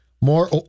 more